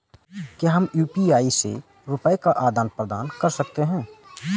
क्या हम यू.पी.आई से रुपये का आदान प्रदान कर सकते हैं?